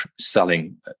selling